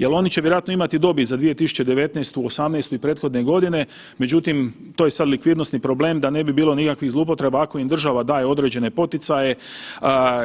Jer oni će vjerojatno imati dobit za 2019., '18. i prethodne godine, međutim to je sad likvidnosni problem da ne bi bilo nikakvih zloupotreba, ako im država daje određene poticaje